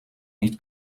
niet